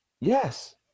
Yes